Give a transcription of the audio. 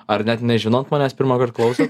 ar net nežinot manęs pirmąkart klausot